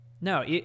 No